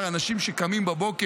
אנשים שקמים בבוקר,